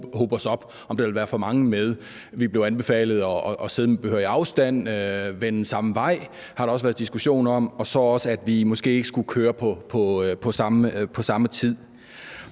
hobe os op, altså om der ville være for mange med. Vi blev anbefalet at sidde med behørig afstand, vende den samme vej – det har der også været diskussion om – og så også, at vi måske ikke skulle køre på samme tid.